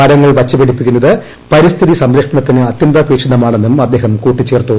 മരങ്ങൾ വച്ചുപിടിപ്പിക്കുന്നത് പരിസ്ഥിതി സംരക്ഷണത്തിന് അത്യന്താപേക്ഷിത മാണെന്നും അദ്ദേഹം കൂട്ടിച്ചേർത്തു